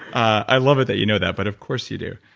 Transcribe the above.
i love it that you know that. but of course you do.